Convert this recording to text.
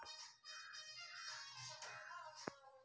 दिल्ली कृषि विपणन बोर्डाची माहिती उपयोगकर्ता घेऊ शकतत